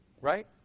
right